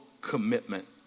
commitment